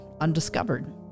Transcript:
undiscovered